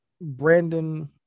Brandon